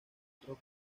otros